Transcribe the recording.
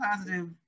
positive